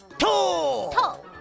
toe!